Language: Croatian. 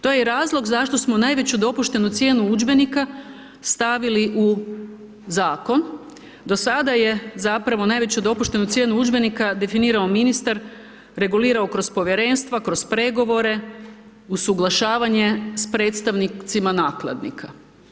To je i razlog zašto smo najveću dopuštenu cijenu udžbenika stavili u Zakon, do sada je zapravo najveću dopuštenu cijenu udžbenika definirao ministar, regulirao kroz Povjerenstva, kroz pregovore, usuglašavanje s predstavnicima nakladnika.